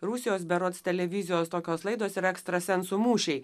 rusijos berods televizijos tokios laidos yra ekstrasensų mūšiai